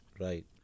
Right